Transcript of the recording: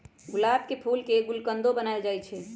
गुलाब के फूल के गुलकंदो बनाएल जाई छई